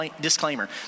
disclaimer